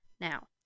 Now